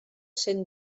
cent